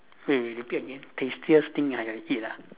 wait wait repeat again tastiest thing I have eat ah